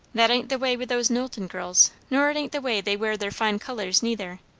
that ain't the way with those knowlton girls nor it ain't the way they wear their fine colours, neither.